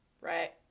Right